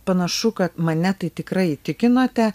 panašu kad mane tai tikrai įtikinote